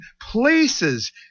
places